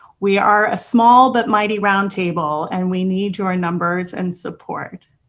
we are a small but mighty round table and we need your numbers and support.